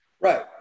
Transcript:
Right